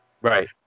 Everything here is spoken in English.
Right